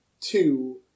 two